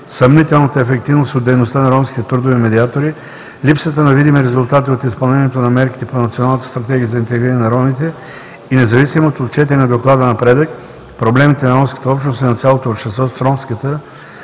съмнителната ефективност от дейността на ромските трудови медиатори; липсата на видими резултати от изпълнението на мерките по Националната стратегия за интегриране на ромите и независимо от отчетения в Доклада напредък, проблемите на ромската общност и на цялото общество с ромската